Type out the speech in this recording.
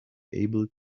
able